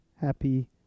happy